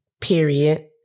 Period